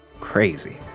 crazy